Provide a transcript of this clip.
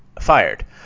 fired